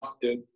dude